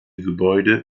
gebäude